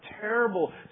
terrible